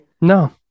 No